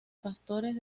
pastores